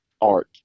art